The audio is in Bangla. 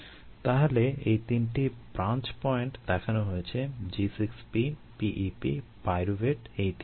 তাহলে এই 3টি ব্রাঞ্চ পয়েন্ট দেখানো হয়েছে G 6 P P E P pyruvate এই 3টি নোড